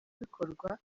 bikorwa